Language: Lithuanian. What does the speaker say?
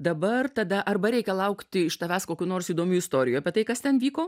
dabar tada arba reikia laukti iš tavęs kokių nors įdomių istorijų apie tai kas ten vyko